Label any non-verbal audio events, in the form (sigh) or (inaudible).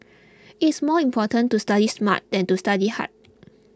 (noise) it is more important to study smart than to study hard